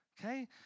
Okay